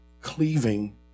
cleaving